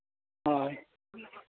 ᱦᱳᱭ